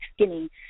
skinny